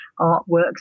artworks